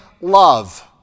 love